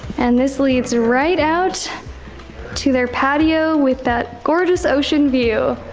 and this leads right out to their patio with that gorgeous ocean view!